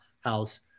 house